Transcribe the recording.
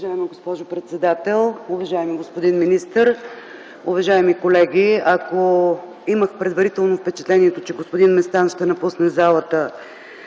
Уважаема госпожо председател, уважаеми господин министър, уважаеми колеги! Нямах предварително впечатлението, че господин Местан ще напусне залата,